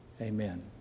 Amen